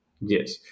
Yes